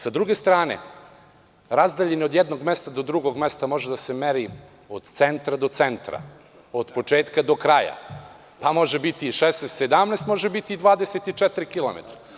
S druge strane, razdaljina od jednog mesta do drugog mesta može da se meri od centra do centra, od početka do kraja, pa može biti i 16-17, a može biti i 24 km.